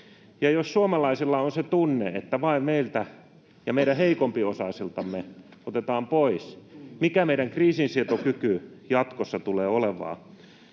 jos suomalaisilla on se tunne, että vain meiltä ja meidän heikompiosaisiltamme otetaan pois, niin mikä meidän kriisinsietokyky jatkossa tulee olemaan?